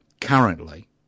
currently